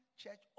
church